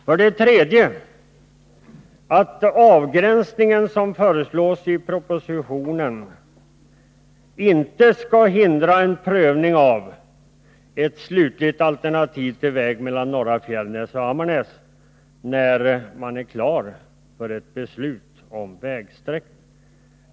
För det tredje: Den avgränsning som föreslås i propositionen skall inte hindra en prövning av ett slutligt alternativ till väg mellan Norra Fjällnäs och Ammarnäs, när man är redo för ett beslut om vägsträckning.